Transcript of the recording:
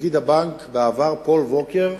נגיד הבנק בעבר פול ווקר,